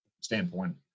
standpoint